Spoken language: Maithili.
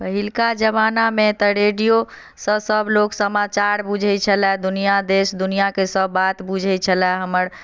पहिलुका जमानामे तऽ रेडियोसँ सब लोक समाचार बुझै छलय दुनिया देश दुनिया के सब बात बुझै छलय हमर